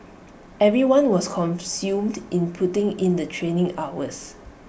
everyone was consumed in putting in the training hours